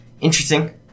interesting